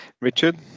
richard